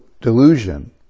Delusion